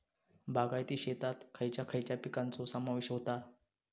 बागायती शेतात खयच्या खयच्या पिकांचो समावेश होता?